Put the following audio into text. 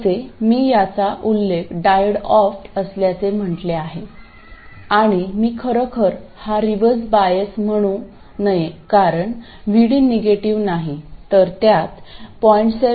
तसे मी याचा उल्लेख डायोड OFF असल्याचे म्हटले आहे आणि मी खरोखर हा रिव्हर्स बायस म्हणू नये कारण VD निगेटिव्ह नाही तर त्यात 0